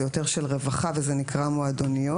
הן יותר של רווחה והן נקראות מועדוניות,